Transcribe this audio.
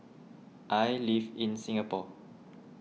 I live in Singapore